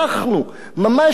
ממש הרווחנו.